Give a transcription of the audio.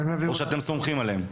או שאתם סומכים עליהם?